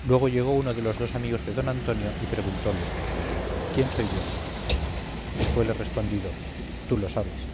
luego llegó uno de los dos amigos de don antonio y preguntóle quién soy yo y fuele respondido tú lo sabes